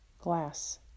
Glass